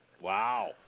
Wow